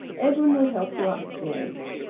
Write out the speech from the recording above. edwin will help you upstairs.